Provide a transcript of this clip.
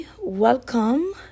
Welcome